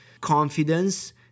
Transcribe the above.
confidence